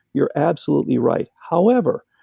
you're absolutely right however,